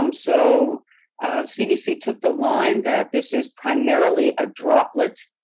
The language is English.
um so cdc took the line that this is primarily a droplet